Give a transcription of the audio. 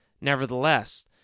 Nevertheless